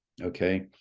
okay